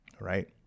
Right